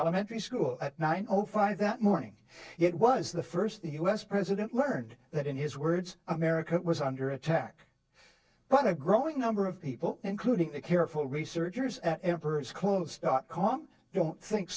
elementary school at nine o five that morning it was the first us president learned that in his words america was under attack but a growing number of people including a careful researchers at emperor's clothes dot com don't think